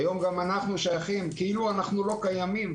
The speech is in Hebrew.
כאילו אנחנו לא קיימים.